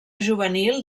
juvenil